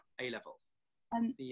A-levels